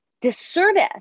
disservice